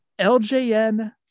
LJN